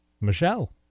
Michelle